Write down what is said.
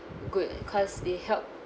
good cause they help